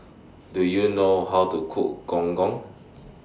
Do YOU know How to Cook Gong Gong